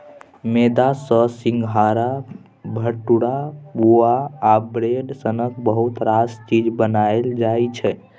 मेदा सँ सिंग्हारा, भटुरा, पुआ आ ब्रेड सनक बहुत रास चीज बनाएल जाइ छै